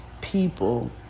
people